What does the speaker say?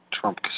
Trump